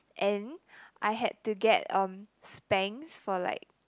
and I had to get um spanks for like